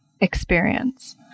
experience